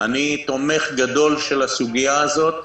אני תומך גדול של הסוגיה הזאת.